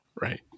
Right